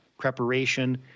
preparation